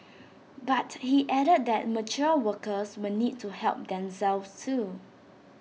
but he added that mature workers will need to help themselves too